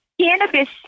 cannabis